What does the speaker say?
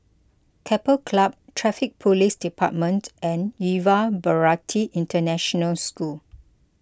Keppel Club Traffic Police Department and Yuva Bharati International School